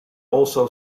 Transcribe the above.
also